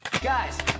Guys